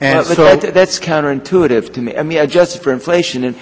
and that's counterintuitive to me just for inflation